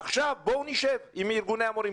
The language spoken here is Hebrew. עכשיו בואו נשב עם ארגוני המורים.